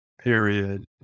period